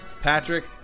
Patrick